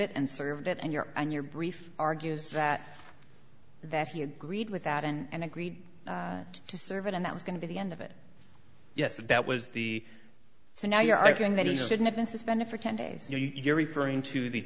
it and served it and your and your brief argues that that he agreed with that and agreed to serve it and that was going to be the end of it yes if that was the so now you're arguing that he should have been suspended for ten days you're referring to the